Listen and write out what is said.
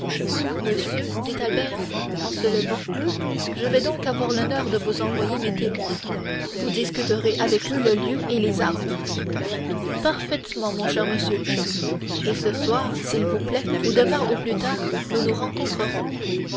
monsieur dit albert en se levant je vais donc avoir l'honneur de vous envoyer mes témoins vous discuterez avec eux le lieu et les armes parfaitement mon cher monsieur et ce soir s'il vous plaît ou demain au plus tard nous nous rencontrerons